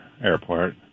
Airport